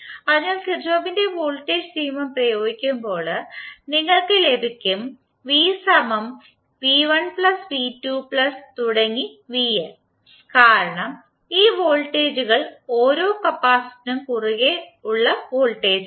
അതിനാൽ കിർചോഫിന്റെ വോൾട്ടേജ് നിയമം പ്രയോഗിക്കുമ്പോൾ നിങ്ങൾക്ക് ലഭിക്കും കാരണം ഈ വോൾട്ടേജുകൾ ഓരോ കപ്പാസിറ്റർനും കുറുകെ ഉള്ള വോൾട്ടേജാണ്